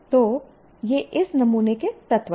तो ये इस नमूने के तत्व हैं